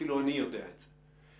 ואפילו אני יודע את זה.